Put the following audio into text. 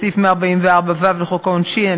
סעיף 144ו לחוק העונשין,